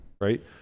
right